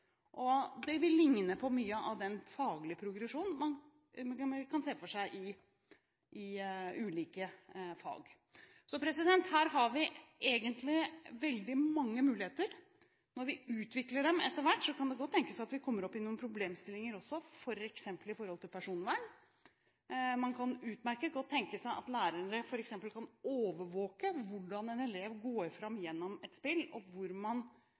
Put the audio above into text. videre. Det vil likne på mye av den faglige progresjonen man kan se for seg i ulike fag. Så her har vi egentlig veldig mange muligheter. Når vi utvikler dem etter hvert, kan det godt tenkes at vi kommer opp i noen problemstillinger også, f.eks. i forhold til personvern. Man kan utmerket godt tenke seg at lærere f.eks. kan overvåke hvordan en elev går fram i et spill – noen bruker lenger tid på en oppgave og